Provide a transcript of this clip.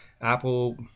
Apple